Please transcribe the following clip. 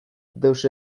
deus